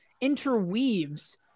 interweaves